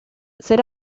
ser